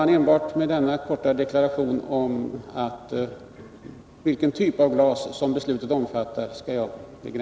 Jag skall begränsa mig till denna korta deklaration om vilken typ av glas som beslutet omfattar.